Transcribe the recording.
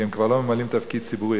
כי הם כבר לא ממלאים תפקיד ציבורי.